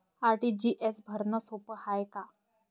RTGS भरनं सोप हाय का?